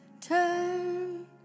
turn